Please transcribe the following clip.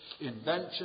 invention